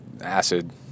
acid